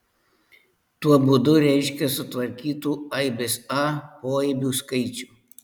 tuo būdu reiškia sutvarkytų aibės a poaibių skaičių